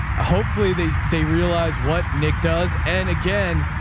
hopefully they, they realize what nick does. and again,